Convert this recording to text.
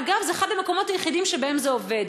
ואגב, זה אחד המקומות היחידים שבהם זה עובד.